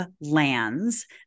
lands